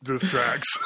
distracts